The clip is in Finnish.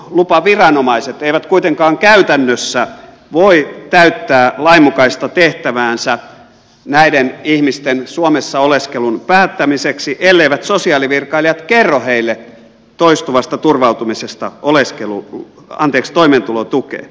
oleskelulupaviranomaiset eivät kuitenkaan käytännössä voi täyttää lainmukaista tehtäväänsä näiden ihmisten suomessa oleskelun päättämiseksi elleivät sosiaalivirkailijat kerro heille toistuvasta turvautumisesta toimeentulotukeen